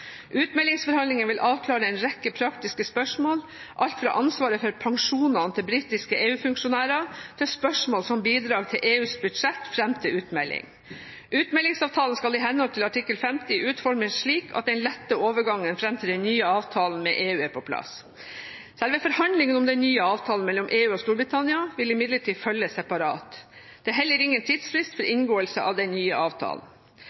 vil avklare en rekke praktiske spørsmål – alt fra ansvaret for pensjonene til britiske EU-funksjonærer til spørsmål som bidrag til EUs budsjett fram til utmelding. Utmeldingsavtalen skal i henhold til artikkel 50 utformes slik at den letter overgangen fram til den nye avtalen med EU er på plass. Selve forhandlingene om den nye avtalen mellom EU og Storbritannia vil imidlertid følge separat. Det er heller ingen tidsfrist for inngåelse av denne nye avtalen.